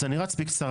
אז אני רץ בקצרה.